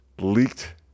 leaked